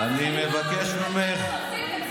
אתה מוציא את עצמך.